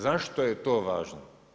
Zašto je to važno?